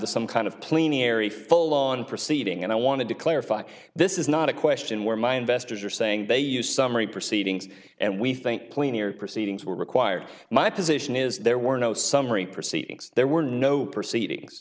to some kind of plein air a full on proceeding and i wanted to clarify this is not a question where my investors are saying they use summary proceedings and we think plenty are proceedings were required my position is there were no summary proceedings there were no proceedings